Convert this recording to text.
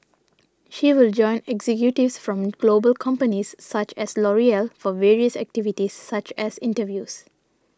she will join executives from global companies such as L'Oreal for various activities such as interviews